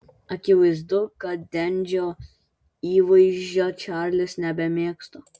akivaizdu kad dendžio įvaizdžio čarlis nebemėgsta